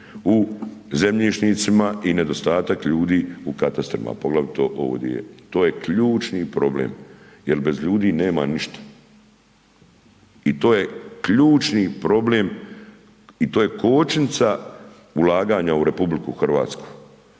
u zemljišnicima i nedostatak ljudi u kastrima, poglavito ovo di je. To je ključni problem jer bez ljudi nema ništa i to je ključni problem i to je kočnica ulaganja u RH, a